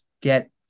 get